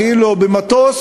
כאילו במטוס,